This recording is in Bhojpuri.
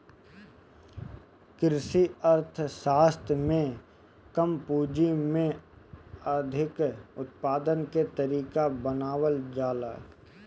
कृषि अर्थशास्त्र में कम पूंजी में अधिका उत्पादन के तरीका बतावल जाला